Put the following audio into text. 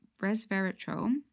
resveratrol